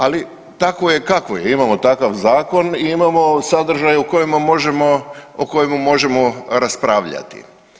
Ali tako je kako je, imamo takav zakon i imamo sadržaj o kojemu možemo raspravljati.